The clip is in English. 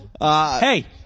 Hey